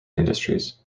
industries